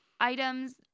Items